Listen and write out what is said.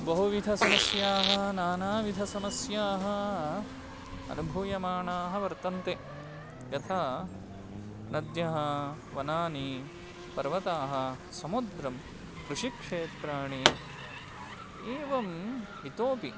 बहुविधसमस्याः नानाविधसमस्याः अनुभूयमाणाः वर्तन्ते यथा नद्यः वनानि पर्वताः समुद्रं कृषिक्षेत्राणि एवम् इतोऽपि